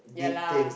yeah lah